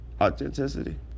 Authenticity